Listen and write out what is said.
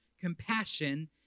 compassion